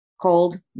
cold